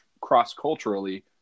cross-culturally